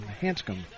Hanscom